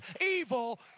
Evil